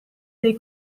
dei